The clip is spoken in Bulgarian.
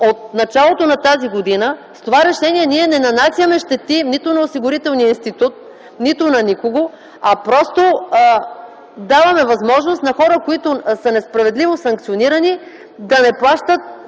от началото на тази година. С това решение ние не нанасяме щети нито на Осигурителния институт, нито на никого, а просто даваме възможност на хора, които са несправедливо санкционирани, да не плащат